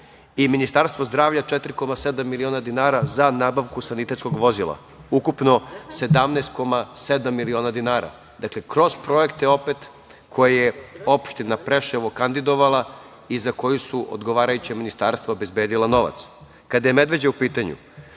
i Ministarstvo zdravlja 4,7 miliona dinara za nabavku sanitetskog vozila. Dakle, ukupno 17,7 miliona dinara, kroz projekte, opet, koje je opština Preševo kandidovala i za koje su odgovarajuća ministarstva obezbedila novac. Kada je Medveđa u pitanju,